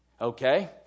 Okay